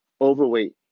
overweight